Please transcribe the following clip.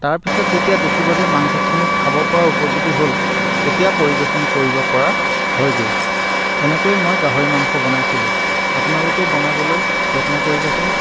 তাৰপিছত যেতিয়া দেখিব যে মাংসখিনি খাব পৰাৰ উপযোগী হ'ল তেতিয়া পৰিৱেশন কৰিব পৰা হয়গৈ এনেকৈ মই গাহৰি মাংস বনাইছিলোঁ আপোনালোকেও বনাবলৈ যত্ন কৰিবচোন